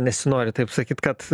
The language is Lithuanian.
nesinori taip sakyt kad